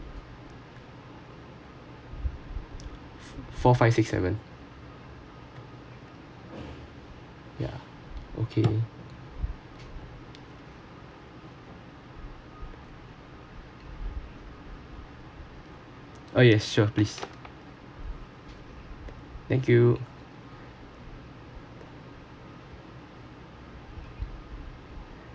four five six seven yeah okay oh yes sure please thank you